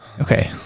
Okay